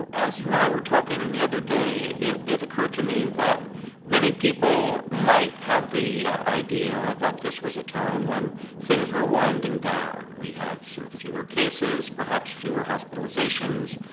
as you and i were talking the other day, it it occurred to me that many people might have the idea that this was a time when things were winding down. we have some fewer cases, perhaps fewer hospitalizations,